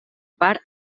part